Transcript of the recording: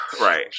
right